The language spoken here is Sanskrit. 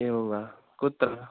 एवं वा कुत्र